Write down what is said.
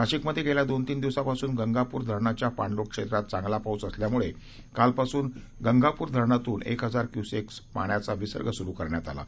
नाशिकमधे गेल्या दोन तीन दिवसांपासून गंगापूर धरणाच्या पाणलोट क्षेत्रात चांगला पाऊस होत असल्यामुळे कालपासून गंगापूर धरणातून एक हजार क्युसेक पाण्याचा विसर्ग सुरू करण्यात आला आहे